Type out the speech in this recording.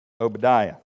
Obadiah